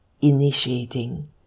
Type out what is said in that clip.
initiating